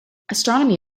astronomy